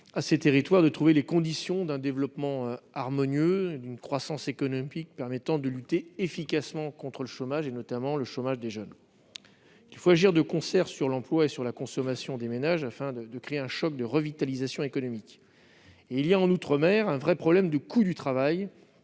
à ces territoires de trouver les conditions d'un développement harmonieux et d'une croissance économique permettant de lutter efficacement contre le chômage, en particulier celui des jeunes. Il faut agir de concert sur l'emploi et sur la consommation des ménages, afin de créer un choc de revitalisation économique. Il y a, outre-mer, un véritable problème de coût du travail